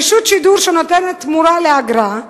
רשות שידור שנותנת תמורה לאגרה,